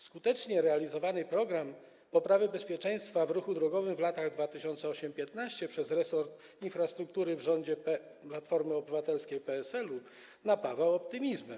Skutecznie realizowany „Program poprawy bezpieczeństwa w ruchu drogowym w latach 2008-2015” przez resort infrastruktury w rządzie Platformy Obywatelskiej i PSL-u napawał optymizmem.